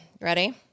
Ready